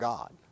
God